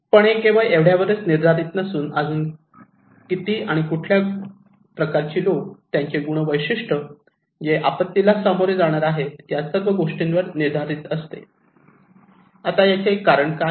पण हे केवळ एवढ्यावरच निर्धारित नसून अजून किती आणि कुठल्या प्रकारची लोक आणि त्यांचे गुण वैशिष्ट्ये जे आपत्तीला सामोरे जाणार आहेत या सर्व गोष्टींवर निर्धारित असते आता याचे कारण काय